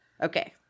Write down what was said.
Okay